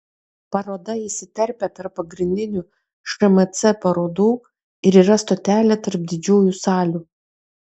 paroda įsiterpia tarp pagrindinių šmc parodų ir yra stotelė tarp didžiųjų salių